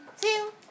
two